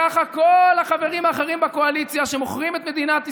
ככה כל החברים האחרים בקואליציה שמוכרים את מדינת ישראל,